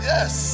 Yes